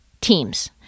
teams